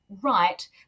right